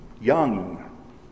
young